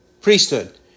priesthood